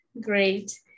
Great